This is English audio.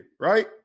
right